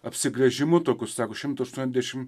apsigręžimu tokiu sako šimto aštuoniasdešim